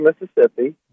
Mississippi